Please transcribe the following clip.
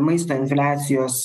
maisto infliacijos